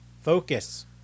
Focus